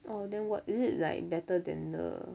oh then what is it like better than the